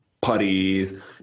putties